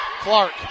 Clark